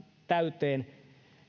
täyteen